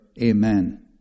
Amen